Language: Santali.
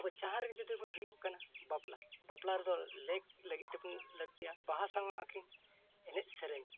ᱟᱵᱚ ᱡᱟᱦᱟᱸ ᱨᱮᱜᱮ ᱡᱩᱫᱤ ᱵᱚᱱ ᱦᱩᱭᱩᱜ ᱠᱟᱱᱟ ᱵᱟᱯᱞᱟ ᱵᱟᱯᱞᱟ ᱨᱮᱫᱚ ᱞᱮᱠ ᱞᱟᱹᱜᱤᱫ ᱛᱮᱵᱚᱱ ᱞᱟᱹᱠᱛᱤᱜᱼᱟ ᱵᱟᱦᱟ ᱥᱟᱶᱦᱟᱜ ᱟᱹᱠᱤᱱ ᱮᱱᱮᱡᱼᱥᱮᱨᱮᱧ